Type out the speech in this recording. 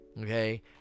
Okay